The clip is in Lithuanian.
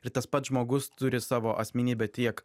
ir tas pats žmogus turi savo asmenybę tiek